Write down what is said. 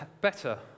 better